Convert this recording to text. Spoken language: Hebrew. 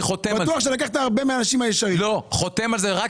אני חותם על זה.ץ בטוח שלקחת הרבה מאנשים ישרים.